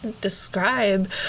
Describe